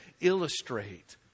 illustrate